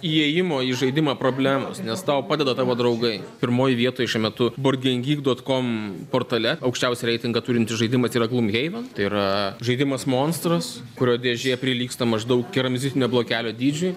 įėjimo į žaidimą problemos nes tau padeda tavo draugai pirmoj vietoj šiuo metu bordgengyg dot kom portale aukščiausią reitingą turintis žaidimas yra gloomhaven tai yra žaidimas monstras kurio dėžė prilygsta maždaug keramzitinio blokelio dydžiui